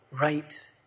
right